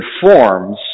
forms